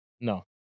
No